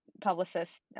Publicist